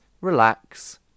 relax